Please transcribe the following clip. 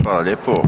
Hvala lijepo.